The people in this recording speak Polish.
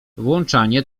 włączanie